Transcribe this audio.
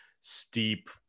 steep